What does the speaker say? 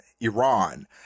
iran